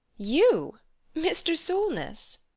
you mr. solness!